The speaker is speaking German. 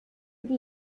die